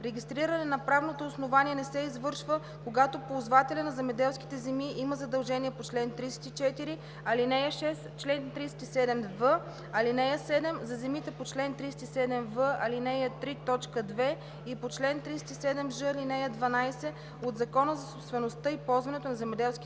Регистриране на правното основание не се извършва, когато ползвателят на земеделските земи има задължение по чл. 34, ал. 6, чл. 37в, ал. 7 за земите по чл. 37в, ал. 3, т. 2 и по чл. 37ж, ал. 12 от Закона за собствеността и ползването на земеделските земи.